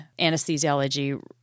anesthesiology